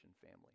family